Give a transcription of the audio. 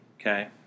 Okay